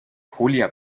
julia